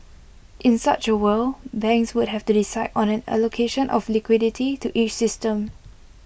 in such A world banks would have to decide on an allocation of liquidity to each system